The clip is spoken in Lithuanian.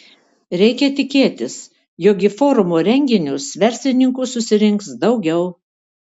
reikia tikėtis jog į forumo renginius verslininkų susirinks daugiau